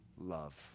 love